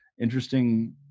interesting